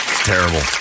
terrible